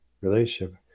relationship